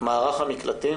מערך המקלטים